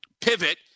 pivot